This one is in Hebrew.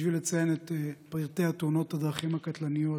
בשביל לציין את פרטי תאונות הדרכים הקטלניות